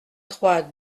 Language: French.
trois